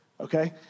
okay